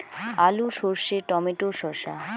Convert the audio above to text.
আলু সর্ষে টমেটো শসা